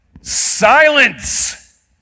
Silence